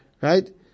right